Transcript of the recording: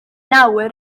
nawr